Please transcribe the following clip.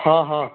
ہاں ہاں